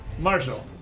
Marshall